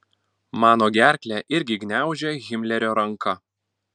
mano gerklę irgi gniaužia himlerio ranka